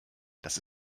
das